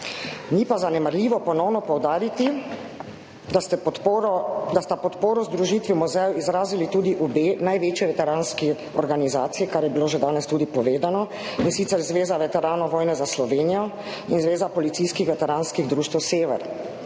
Ni pa zanemarljivo ponovno poudariti, da sta podporo združitvi muzejev izrazili tudi obe največji veteranski organizaciji, kar je bilo že danes tudi povedano, in sicer Zveza veteranov vojne za Slovenijo in Zveza policijskih veteranskih društev Sever,